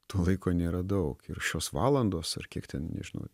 to laiko nėra daug ir šios valandos ar kiek ten nežinau